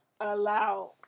allow